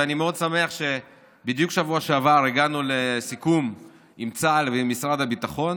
ואני מאוד שמח שבדיוק בשבוע שעבר הגענו לסיכום עם צה"ל ועם משרד הביטחון